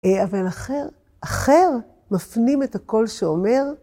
אבל אחר, אחר מפנים את הקול שאומר.